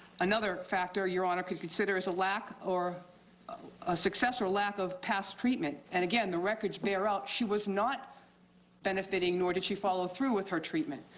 another factor your honor could consider is a lack ah a success or lack of past treatment. and again the records bear out she was not benefiting nor did she follow through with her treatment.